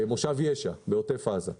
מושב ישע בעוטף עזה ..